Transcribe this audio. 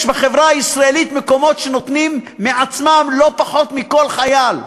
יש בחברה הישראלית מקומות שנותנים מעצמם לא פחות מכל חייל.